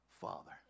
Father